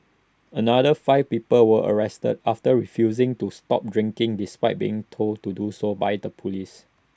another five people were arrested after refusing to stop drinking despite being told to do so by the Police